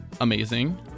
Amazing